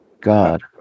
God